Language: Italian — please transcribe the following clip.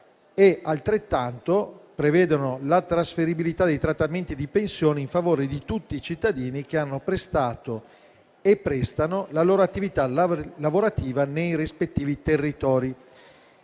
Inoltre, si prevede la trasferibilità dei trattamenti pensionistici a favore di tutti i cittadini che hanno prestato o prestano la propria attività lavorativa nei rispettivi territori.